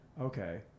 Okay